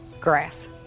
grass